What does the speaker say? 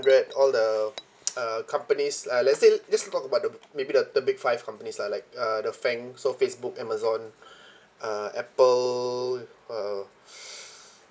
all the uh companies uh let's say just talk about the maybe the the big five companies lah like uh the fang so Facebook Amazon uh Apple uh